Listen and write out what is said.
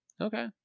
okay